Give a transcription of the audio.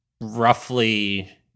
roughly